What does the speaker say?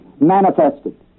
manifested